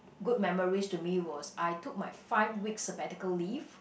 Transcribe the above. good memories to me was I took my five weeks sabbatical leave